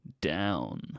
down